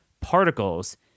particles